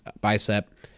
bicep